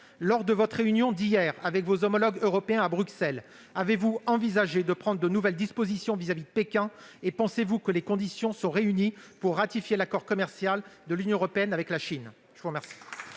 hier entre le ministre et ses homologues européens à Bruxelles, M. Le Drian a-t-il envisagé de prendre de nouvelles dispositions vis-à-vis de Pékin ? Pense-t-il que les conditions sont réunies pour ratifier l'accord commercial de l'Union européenne avec la Chine ?